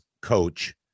coach